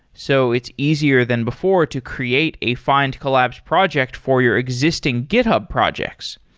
so it's easier than before to create a findcollabs projects for your existing github projects.